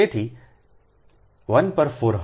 તેથી તે 1 પર 4 હશે